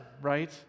right